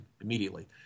immediately